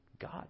God